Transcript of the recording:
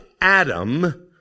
Adam